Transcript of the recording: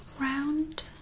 round